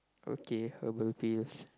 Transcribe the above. okay herbal tea is